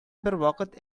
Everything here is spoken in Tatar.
бервакыт